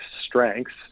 strengths